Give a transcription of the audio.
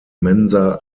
mensa